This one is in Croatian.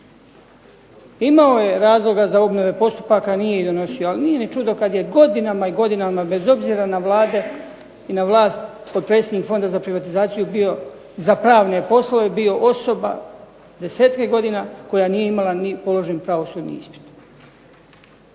Imao je razloge za obnovu postupaka a nije ih donosio. Ali nije ni čudo kad je godinama i godinama bez obzira na Vlade i na vlast potpredsjednik Fonda za privatizaciju bio, za pravne poslove bio osoba desetke godina koja nije imala ni položen pravosudni ispit.